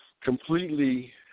completely